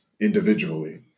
individually